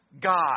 God